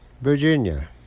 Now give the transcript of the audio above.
Virginia